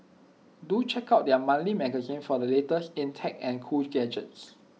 do check out their monthly magazine for the latest in tech and cool gadgets